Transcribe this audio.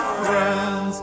friends